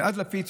ועד לפיד,